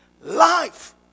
Life